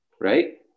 right